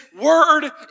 word